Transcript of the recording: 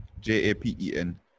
J-A-P-E-N